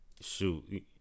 shoot